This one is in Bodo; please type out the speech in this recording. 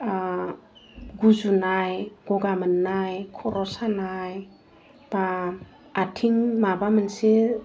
गुजुनाय गगा मोन्नाय खर' सानाय बा आथिं माबा मोनसे